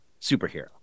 superhero